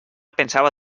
pensaba